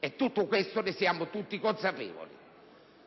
Di ciò siamo tutti consapevoli.